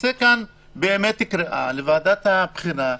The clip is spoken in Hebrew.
ושתצא כאן קריאה לוועדת הבחינה,